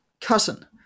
cousin